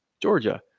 Georgia